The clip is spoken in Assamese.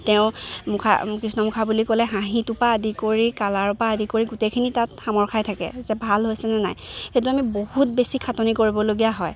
তেওঁ মুখা কৃষ্ণৰ মুখা বুলি ক'লে হাঁহিটোৰপৰা আদি কৰি কালাৰৰপৰা আদি কৰি গোটেইখিনি তাত সামৰ খাই থাকে যে ভাল হৈছেনে নাই সেইটো আমি বহুত বেছি খাটনি কৰিবলগীয়া হয়